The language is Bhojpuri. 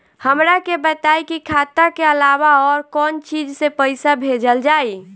हमरा के बताई की खाता के अलावा और कौन चीज से पइसा भेजल जाई?